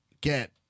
get